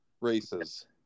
races